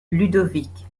ludovic